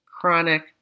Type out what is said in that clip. chronic